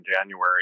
January